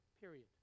period